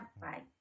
Bye